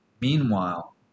Meanwhile